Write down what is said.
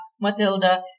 Matilda